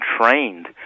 trained